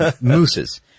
Mooses